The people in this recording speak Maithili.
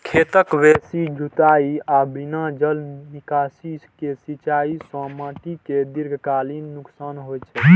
खेतक बेसी जुताइ आ बिना जल निकासी के सिंचाइ सं माटि कें दीर्घकालीन नुकसान होइ छै